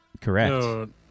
Correct